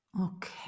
Okay